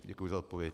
Děkuji za odpověď.